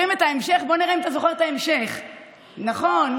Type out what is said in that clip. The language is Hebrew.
חברת הכנסת אבקסיס, איננה, חברת הכנסת ברק, איננה.